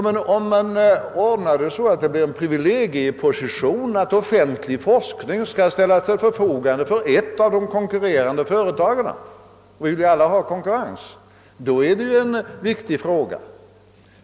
Men om man ordnar det så att förlaget får en privilegieposition och att en del offentlig forskning sålunda ställs till förfogande främst för utnyttjande av ett av de konkurrerande företagen — vi vill ju alla ha någon konkurrens — då är detta en viktig fråga.